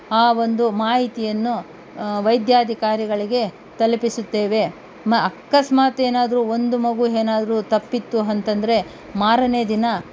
ಆ ಒಂದು ಮಾಹಿತಿಯನ್ನು ವೈದ್ಯಾಧಿಕಾರಿಗಳಿಗೆ ತಲುಪಿಸುತ್ತೇವೆ ಮ ಅಕಸ್ಮಾತ್ ಏನಾದರೂ ಒಂದು ಮಗು ಏನಾದರೂ ತಪ್ಪಿತ್ತು ಅಂತಂದರೆ ಮಾರನೇ ದಿನ